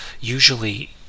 usually